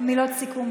מילות סיכום,